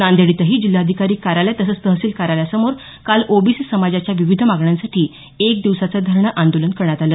नादेड इथही जिल्हाधिकारी कार्यालय तसंच तहसील कार्यालयासमोर काल ओबीसी समाजाच्या विविध मागण्यांसाठी एक दिवसाचं धरणे आंदोलन करण्यात आलं